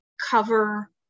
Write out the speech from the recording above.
cover